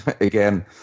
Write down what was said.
again